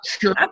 Sure